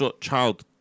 child